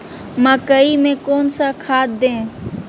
मकई में कौन सा खाद दे?